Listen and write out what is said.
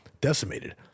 decimated